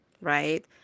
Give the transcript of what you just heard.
right